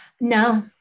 No